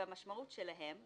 והמשמעות שלהן.